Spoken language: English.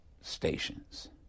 stations